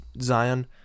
Zion